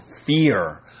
fear